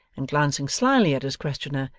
and glancing slyly at his questioner,